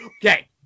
Okay